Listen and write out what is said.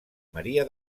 maria